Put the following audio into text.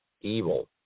evil